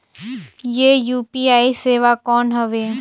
ये यू.पी.आई सेवा कौन हवे?